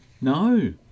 No